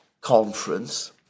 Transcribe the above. conference